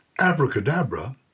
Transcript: Abracadabra